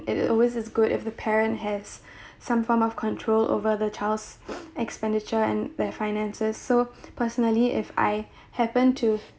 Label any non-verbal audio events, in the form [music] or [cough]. it it always is good if the parent has [breath] some form of control over the child's expenditure and their finances so personally if I happen to